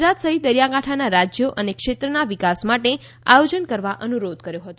ગુજરાત સહિત દરિયાકાંઠાના રાજયો અને ક્ષેત્રના વિકાસ માટે આયોજન કરવા અનુરોધ કર્યો હતો